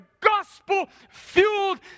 gospel-fueled